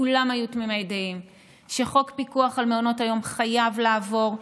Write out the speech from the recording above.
כולם היו תמימי דעים שחוק פיקוח על מעונות היום חייב לעבור,